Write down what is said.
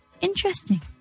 Interesting